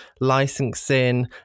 licensing